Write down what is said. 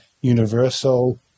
Universal